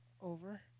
over